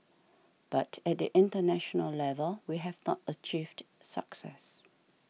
but at the international level we have not achieved success